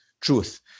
truth